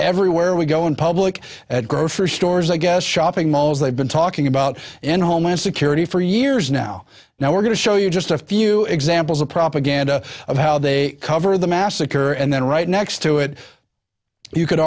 everywhere we go in public at grocery stores i guess shopping malls they've been talking about in homeland security for years now now we're going to show you just a few examples of propaganda of how they cover the massacre and then right next to it you could